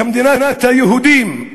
כמדינת היהודים,